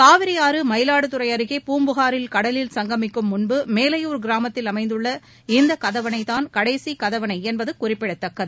காவிரியாறு மயிலாடுதுரை அருகே பூம்புகாரில் கடலில் சங்கமிக்கும் முன்பு மேலையூர் கிராமத்தில் அமைந்துள்ள இந்த கதவணைதான் கடைசி கதவணை என்பது குறிப்பிடத்தக்கது